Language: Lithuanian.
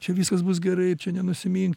čia viskas bus gerai čia nenusimink